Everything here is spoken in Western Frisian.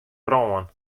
brân